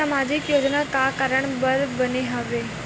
सामाजिक योजना का कारण बर बने हवे?